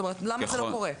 כלומר, למה זה לא קורה?